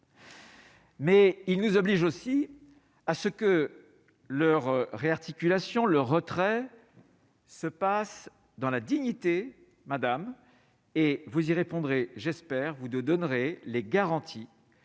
Mais il nous oblige aussi à ce que leur réarticulation le retrait se passe dans la dignité, madame et vous y répondrez j'espère vous donnerez les garanties